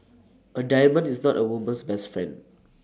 A diamond is not A woman's best friend